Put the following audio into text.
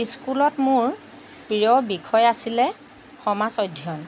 স্কুলত মোৰ প্ৰিয় বিষয় আছিলে সমাজ অধ্যয়ন